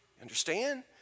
understand